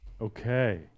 Okay